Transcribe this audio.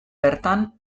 bertan